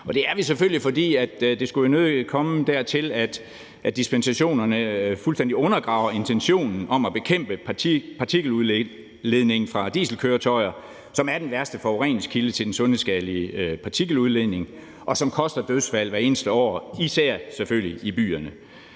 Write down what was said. Det er vi selvfølgelig, fordi det nødig skulle komme dertil, at dispensationerne fuldstændig undergraver intentionen om at bekæmpe partikeludledningen fra dieselkøretøjer, som er den værste forureningskilde til den sundhedsskadelige partikeludledning, og som koster dødsfald hvert eneste år, selvfølgelig især i byerne.